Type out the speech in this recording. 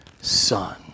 Son